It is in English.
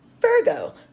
Virgo